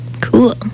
Cool